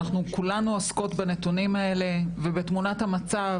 אנחנו כולנו עוסקות בנתונים האלה ובתמונת המצב,